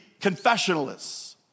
confessionalists